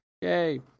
Yay